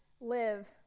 live